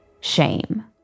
Shame